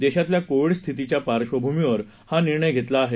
देशातल्या कोविड स्थितीच्या पार्श्वभूमीवर हा निर्णय घेतला आहे